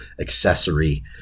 accessory